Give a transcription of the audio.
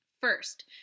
First